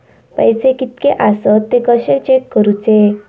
पैसे कीतके आसत ते कशे चेक करूचे?